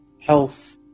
health